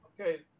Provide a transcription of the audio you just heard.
Okay